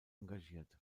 engagiert